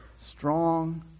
strong